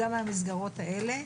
גם מהמסגרות האלה.